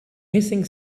hissing